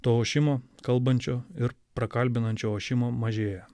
to ošimo kalbančio ir prakalbinančio ošimo mažėja